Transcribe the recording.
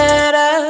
Better